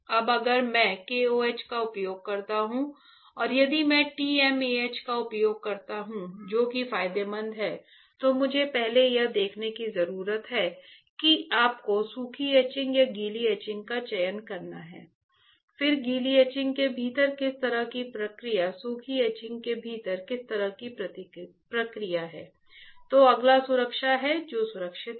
अब अगर मैं KOH का उपयोग करता हूं और यदि मैं TMAH का उपयोग करता हूं जो कि फायदेमंद है तो मुझे पहले यह देखने की जरूरत है कि आपको सूखी एचिंग या गीली एचिंग का चयन करना है फिर गीली एचिंग के भीतर किस तरह की प्रक्रिया सूखी एचिंग के भीतर किस तरह की प्रक्रिया है तो अगला सुरक्षा है जो सुरक्षित है